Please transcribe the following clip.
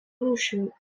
rūšių